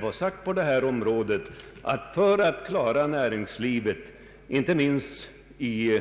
För att underlätta för näringslivet i